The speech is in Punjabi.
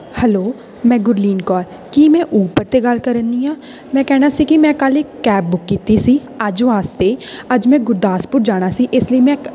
ਹੈਲੋ ਮੈਂ ਗੁਰਲੀਨ ਕੌਰ ਕੀ ਮੈਂ ਊਬਰ 'ਤੇ ਗੱਲ ਕਰਨੀ ਆ ਮੈਂ ਕਹਿਣਾ ਸੀ ਕਿ ਮੈਂ ਕੱਲ੍ਹ ਇੱਕ ਕੈਬ ਬੁੱਕ ਕੀਤੀ ਸੀ ਅੱਜ ਵਾਸਤੇ ਅੱਜ ਮੈਂ ਗੁਰਦਾਸਪੁਰ ਜਾਣਾ ਸੀ ਇਸ ਲਈ ਮੈਂ